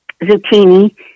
zucchini